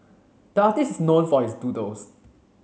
the artist is known for his doodles